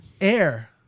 air